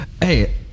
Hey